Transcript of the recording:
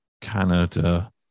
Canada